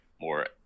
more